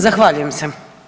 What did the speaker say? Zahvaljujem se.